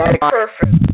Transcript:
perfect